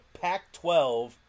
Pac-12